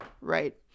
right